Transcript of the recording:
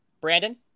Brandon